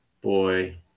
boy